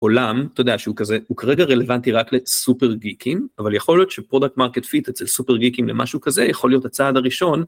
עולם, אתה יודע שהוא כזה, הוא כרגע רלוונטי רק לסופר גיקים, אבל יכול להיות שפרודקט מרקט פיט אצל סופר גיקים למשהו כזה, יכול להיות הצעד הראשון.